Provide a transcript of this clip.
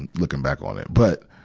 and looking back on it. but,